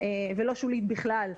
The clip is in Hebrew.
ולא שולית בכלל,